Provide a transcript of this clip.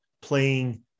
playing